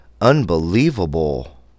unbelievable